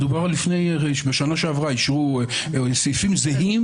בשנה שעברה אושרו סעיפים זהים